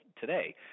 today